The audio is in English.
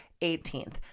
18th